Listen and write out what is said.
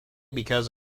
because